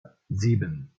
sieben